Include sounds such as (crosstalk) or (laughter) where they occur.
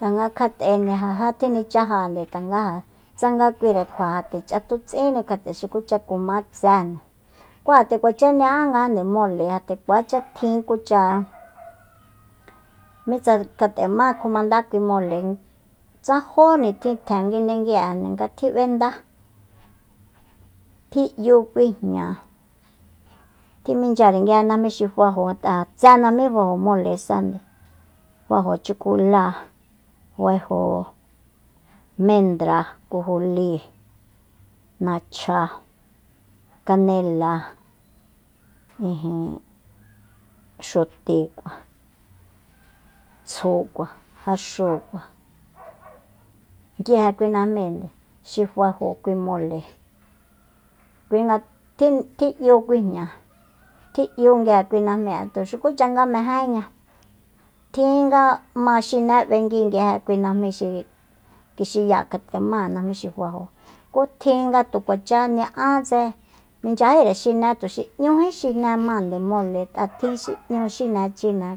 tanga kjat'ende ja já tjinichajande tanga ja tsanga kuira kjua ja nde ch'atuts'íni kja'te xukucha kumá tsénde kú ja nde kuacha ña'ánngajande mole ja nde kuacha tjin kucha mitsa kjat'ema kjumandá kui moleji tsa jó nitjin tjen nga ngindengui'e nga tjib'endá tji 'yu kui jña tjiminchyare nguije najmi xi fajo nt'a ja tse najmí fajo molesande faijo chukuláa faijo mendra kojolíi nachja kanela ijin xutikua tsjukua jaxúukua (noise) nguije kui najmínde xi fajo kui mole kui nga tji- tji'yu kui jña tji'yu nguije kui najmí'e ja tu xukucha nga mejéña tjininda ma xiné b'engui nguije kui najmí xi kixiyáa kjat'emáa najmí xi fajo ku tjin nga tu kuachá ña'átse minchyajíre xine tuxi 'ñújí xine máande mole ngat'a tjin xi n'ñu xine kjine